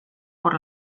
por